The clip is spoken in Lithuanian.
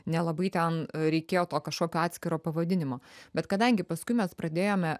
nelabai ten reikėjo to kažkokio atskiro pavadinimo bet kadangi paskui mes pradėjome